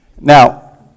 Now